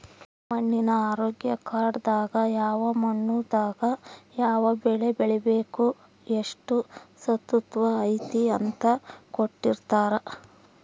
ಮಣ್ಣಿನ ಆರೋಗ್ಯ ಕಾರ್ಡ್ ದಾಗ ಯಾವ ಮಣ್ಣು ದಾಗ ಯಾವ ಬೆಳೆ ಬೆಳಿಬೆಕು ಎಷ್ಟು ಸತುವ್ ಐತಿ ಅಂತ ಕೋಟ್ಟಿರ್ತಾರಾ